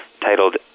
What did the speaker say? titled